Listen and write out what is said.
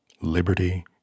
liberty